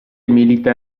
milita